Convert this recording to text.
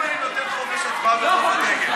חופש הצבעה בחוק הדגל,